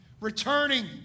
Returning